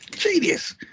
genius